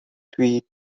tweed